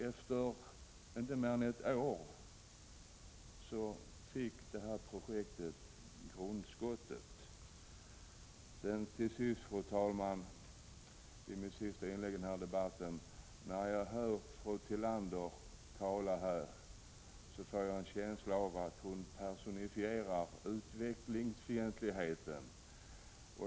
Efter inte mer än ett år fick det här projektet grundskottet. Fru talman! När jag hör fru Tillander tala här så får jag en känsla av att hon personifierar utvecklingsfientligheten.